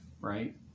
right